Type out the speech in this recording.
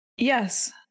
Yes